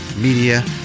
media